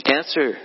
answer